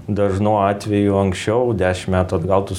dažnu atveju anksčiau dešim metų atgal tu